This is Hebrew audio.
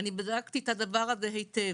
אני בדקתי את הדבר הזה היטב.